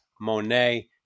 Monet